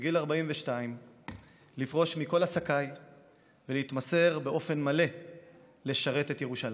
בגיל 42 לפרוש מכל עסקיי ולהתמסר באופן מלא לשרת את ירושלים.